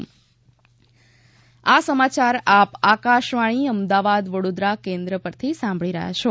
corona સંદેશ આ સમાચાર આપ આકાશવાણીના અમદાવાદ વડોદરા કેન્દ્ર પરથી સાંભળી રહ્યા છો